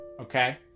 okay